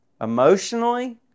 emotionally